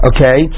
Okay